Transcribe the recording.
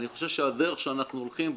אני חושב שהדרך שאנחנו הולכים בה,